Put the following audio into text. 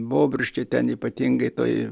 bobriškėj ten ypatingai toj